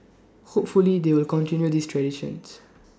hopefully they will continue this traditions